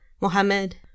Mohammed